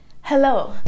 Hello